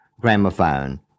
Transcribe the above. gramophone